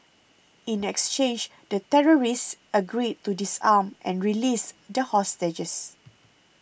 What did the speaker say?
in exchange the terrorists agreed to disarm and released the hostages